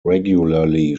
regularly